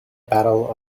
battle